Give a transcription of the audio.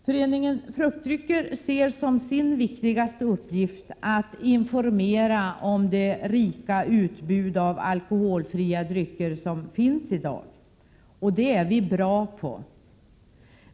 Föreningen Fruktdrycker ser som sin viktigaste uppgift att informera om det rika utbud av alkoholfria drycker som finns i dag. Och det är vi bra på!